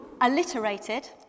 alliterated